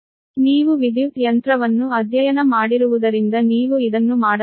ನೀವು ವಿದ್ಯುತ್ ಯಂತ್ರವನ್ನು ಅಧ್ಯಯನ ಮಾಡಿರುವುದರಿಂದ ನೀವು ಇದನ್ನು ಮಾಡಬಹುದು